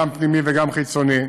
גם פנימי וגם חיצוני.